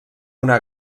una